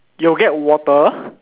you will get water